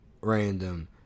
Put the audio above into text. random